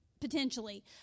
potentially